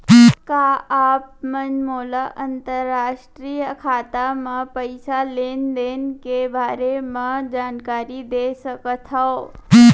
का आप मन मोला अंतरराष्ट्रीय खाता म पइसा लेन देन के बारे म जानकारी दे सकथव?